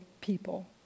people